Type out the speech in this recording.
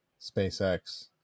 SpaceX